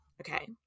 Okay